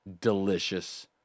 Delicious